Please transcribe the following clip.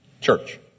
Church